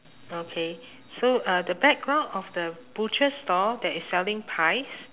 okay so uh the background of the butcher store that is selling pies